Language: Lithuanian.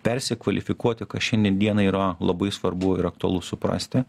persikvalifikuoti kas šiandien dienai yra labai svarbu ir aktualu suprasti